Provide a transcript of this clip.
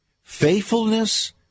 Faithfulness